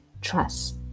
trust